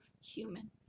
human